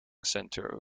center